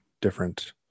different